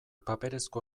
paperezko